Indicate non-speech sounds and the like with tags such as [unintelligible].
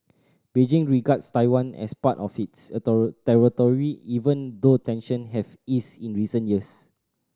Beijing regards Taiwan as part of its [unintelligible] territory even though tension have eased in recent years